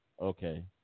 Okay